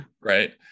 Right